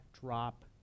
drop